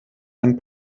einen